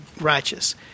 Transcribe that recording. righteous